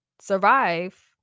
survive